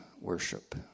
worship